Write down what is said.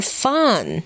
fun